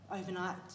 overnight